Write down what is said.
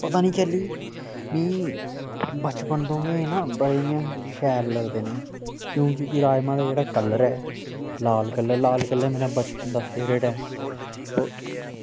पता निं कैह्ली मिगी बचपन तों गै ना बड़े इ'यां शैल लगदे न क्योंकि राजमांह् दा जेह्ड़ा कलर ऐ लाल कलर लाल कलर मेरा बचपन दा फेवरेट ऐ